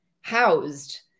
housed